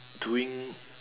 doing